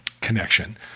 connection